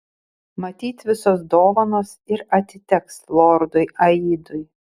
matyt visos dovanos ir atiteks lordui aidui